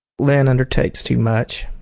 len undertakes too much.